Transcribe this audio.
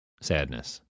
sadness